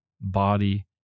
body